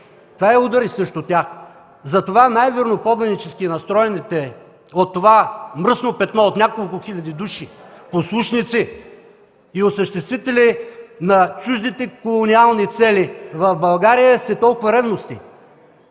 то е удар и срещу тях. Затова най-верноподанически настроените от това мръсно петно от няколко хиляди души послушници и осъществители на чуждите колониални цели в България са толкова ревностни!